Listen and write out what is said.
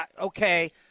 Okay